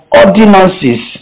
ordinances